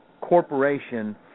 Corporation